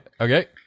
Okay